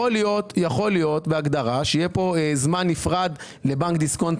יכול להיות בהגדרה שיהיה כאן זמן נפרד לבנק דיסקונט